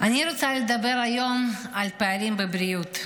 אני רוצה לדבר היום על הפערים בבריאות,